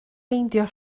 meindio